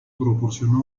proporcionó